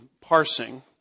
parsing